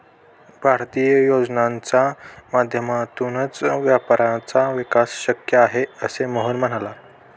भारतीय योजनांच्या माध्यमातूनच व्यापाऱ्यांचा विकास शक्य आहे, असे मोहन म्हणाला